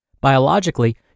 Biologically